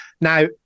now